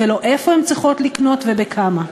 ולא איפה הן צריכות לקנות ובכמה.